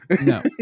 no